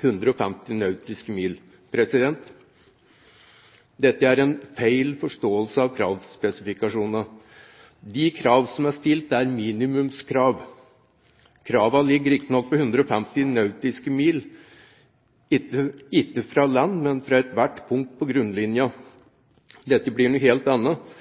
150 nautiske mil». Dette er feil forståelse av kravspesifikasjonene. De krav som er stilt, er minimumskrav. Kravene ligger riktignok på 150 nautiske mil – ikke fra land, men fra ethvert punkt på grunnlinjen. Dette blir noe helt